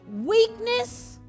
weakness